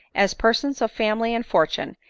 as persons of family and fortune,